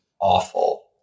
awful